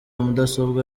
mudasobwa